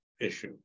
issue